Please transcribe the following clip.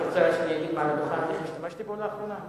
את רוצה שאני אגיד מעל הדוכן איך השתמשתי בו לאחרונה?